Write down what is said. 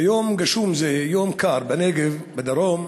ביום גשום זה, יום קר בנגב, בדרום,